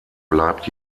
bleibt